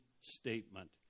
statement